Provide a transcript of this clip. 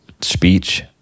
speech